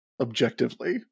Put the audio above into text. objectively